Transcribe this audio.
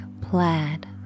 plaid